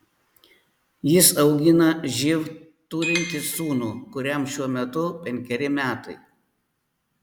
jis augina živ turintį sūnų kuriam šiuo metu penkeri metai